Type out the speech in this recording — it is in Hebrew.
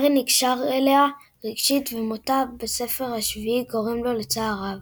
הארי נקשר אליה רגשית ומותה בספר השביעי גורם לו לצער רב.